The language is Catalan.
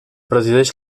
presideix